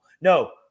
No